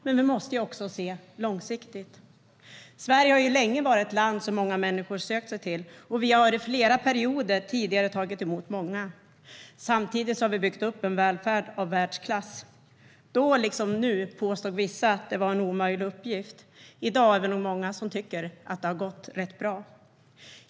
Men vi måste också se långsiktigt. Sverige har länge varit ett land som många människor har sökt sig till. Vi har i flera perioder tidigare tagit emot många. Samtidigt har vi byggt upp en välfärd av världsklass. Då liksom nu påstod vissa att det var en omöjlig uppgift. I dag är vi nog många som tycker att det har gått ganska bra.